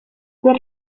per